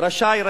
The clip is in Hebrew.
"רשאי",